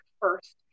first